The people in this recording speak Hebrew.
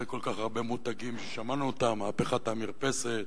אחרי כל כך הרבה מותגים ששמענו אותם: מהפכת המרפסת,